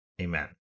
Amen